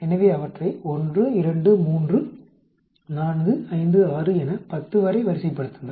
எனவே அவற்றை 1 2 3 4 5 6 என 10 வரை வரிசைப்படுத்துங்கள்